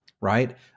right